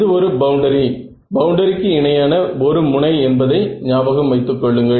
இது ஒரு பவுண்டரி பவுண்டரிக்கு இணையான ஒரு முனை என்பதை ஞாபகம் வைத்து கொள்ளுங்கள்